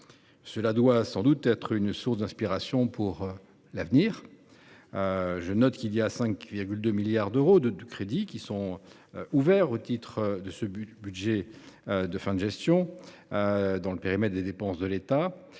Cela doit être une source d’inspiration pour l’avenir. Je note que 5,2 milliards d’euros de crédits sont ouverts au titre de ce budget de fin de gestion dans le périmètre des dépenses de l’État,